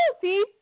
See